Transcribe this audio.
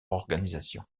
organisation